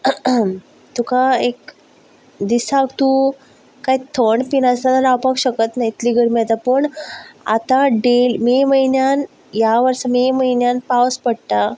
तुका एक दिसाक तूं कांय थंड पिनासतना रावपाक शकचना इतली गरमी जाता पूण आतां डे मे म्हयन्यान ह्या वर्सा मे म्हयन्यान पावस पडटा